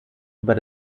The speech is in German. über